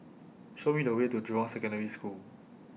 Show Me The Way to Jurong Secondary School